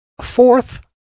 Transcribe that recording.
Fourth